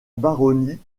baronnie